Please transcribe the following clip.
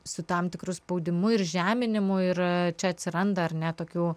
su tam tikru spaudimu ir žeminimu ir čia atsiranda ar ne tokių